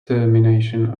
termination